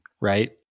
right